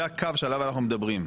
זה הקו שעליו אנחנו מדברים.